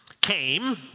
came